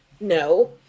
no